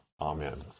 Amen